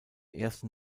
erste